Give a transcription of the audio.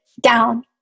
down